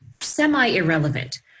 semi-irrelevant